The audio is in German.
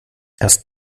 erst